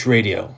Radio